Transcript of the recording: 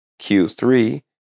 Q3